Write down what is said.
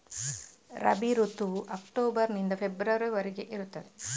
ರಬಿ ಋತುವು ಅಕ್ಟೋಬರ್ ನಿಂದ ಫೆಬ್ರವರಿ ವರೆಗೆ ಇರ್ತದೆ